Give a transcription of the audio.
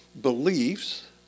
beliefs